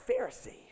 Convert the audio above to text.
Pharisee